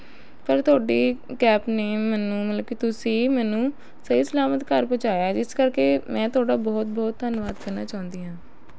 ਪਰ ਤੁਹਾਡੀ ਕੈਬ ਨੇ ਮੈਨੂੰ ਮਤਲਬ ਕਿ ਤੁਸੀਂ ਮੈਨੂੰ ਸਹੀ ਸਲਾਮਤ ਘਰ ਪਹੁੰਚਾਇਆ ਹੈ ਜਿਸ ਕਰਕੇ ਮੈਂ ਤੁਹਾਡਾ ਬਹੁਤ ਬਹੁਤ ਧੰਨਵਾਦ ਕਰਨਾ ਚਾਹੁੰਦੀ ਹਾਂ